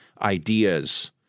ideas